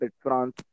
France